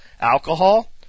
Alcohol